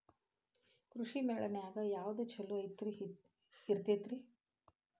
ಕೃಷಿಮೇಳ ನ್ಯಾಗ ಯಾವ್ದ ಛಲೋ ಇರ್ತೆತಿ?